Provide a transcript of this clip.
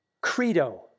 credo